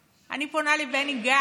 בבקשה, אדוני.